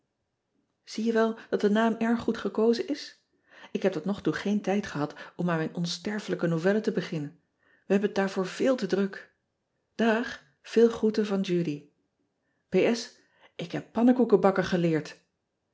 ie je wel dat de naam erg goed gekozen is k heb tot nog toe geen tijd gehad om aan mijn onsterfelijke novelle te beginnen ij hebben het daarvoor veel te druk àg veel groeten van udy k heb pannekoeken bakken geleerd